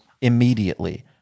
immediately